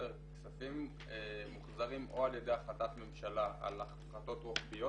כספים מוחזרים או על ידי החלטת ממשלה על החלטות רוחביות